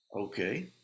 Okay